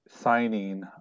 signing